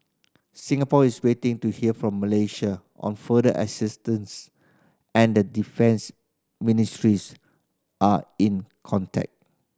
Singapore is waiting to hear from Malaysia on further assistance and the defence are in contact